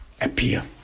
appear